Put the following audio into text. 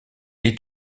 est